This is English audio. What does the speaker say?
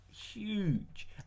huge